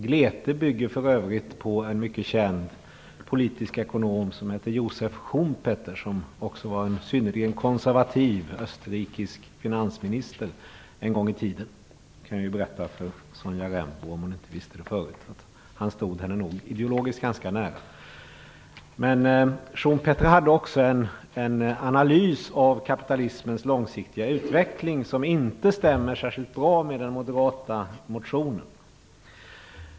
Glete bygger för övrigt på en mycket känd politisk ekonom som heter Joseph Schumpeter, som också var en synerligen konservativ österrikisk finansminister en gång i tiden. Det kan jag berätta för Sonja Rembo, om hon inte visste det förut. Han stod henne nog ideologiskt ganska nära. Men Schumpeter hade också en analys av kapitalismens långsiktiga utveckling som inte stämmer särskilt bra med den moderata motionen.